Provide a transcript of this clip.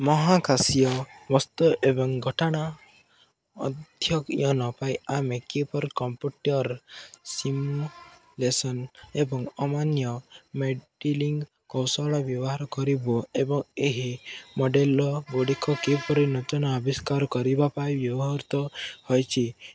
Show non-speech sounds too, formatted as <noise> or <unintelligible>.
ମହାକାଶୀୟ <unintelligible> ଏବଂ ଘଟଣା ଅଧ୍ୟୟନ ପାଇଁ ଆମେ କିପରି କମ୍ପ୍ୟୁଟର୍ ସିମ୍ୟୁଲେସନ୍ ଏବଂ ଅନ୍ୟ ମେଡିଲିଂ କୌଶଳ ବ୍ୟବହାର କରିବୁ ଏବଂ ଏହି ମଡେଲଗୁଡ଼ିକ କିପରି ନୂତନ ଆବିଷ୍କାର କରିବା ପାଇଁ ବ୍ୟବହୃତ ହୋଇଛି